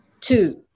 two